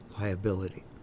liability